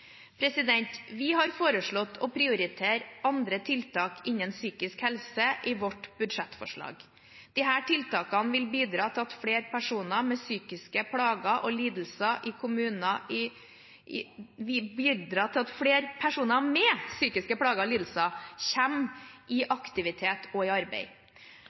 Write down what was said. Vi har foreslått å prioritere andre tiltak innen psykisk helse i vårt budsjettforslag. Disse tiltakene vil bidra til at flere personer med psykiske plager og lidelser kommer i aktivitet og i arbeid. Blant forslagene er 44 mill. kr til tiltak som individuell jobbstøtte og jobbmestrende oppfølging i